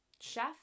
chef